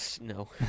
no